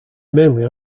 mainly